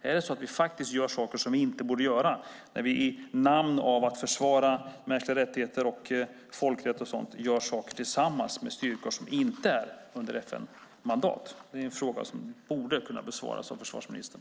Är det så att vi gör saker som vi inte borde göra när vi i namn av att försvara mänskliga rättigheter och folkrätt gör saker tillsammans med styrkor som inte är under FN-mandat? Det är frågor som borde kunna besvaras av försvarsministern.